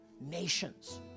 nations